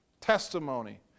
Testimony